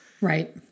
Right